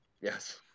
Yes